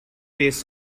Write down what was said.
taste